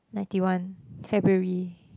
ninety one February